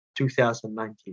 2019